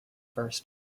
first